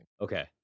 okay